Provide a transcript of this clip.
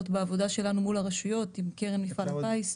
בעבודה שלנו מול הרשויות עם קרן מפעל הפיס,